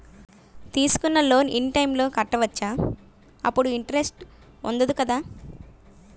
తీసుకున్న loan in time లో కట్టవచ్చ? అప్పుడు ఇంటరెస్ట్ వుందదు కదా?